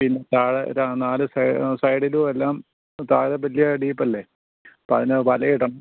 പിന്നെ താഴെ രാ നാല് സൈ സൈഡിലുമെല്ലാം താഴെ വലിയ ഡീപ്പ് അല്ലേ അപ്പോൾ അതിന് വല ഇടണം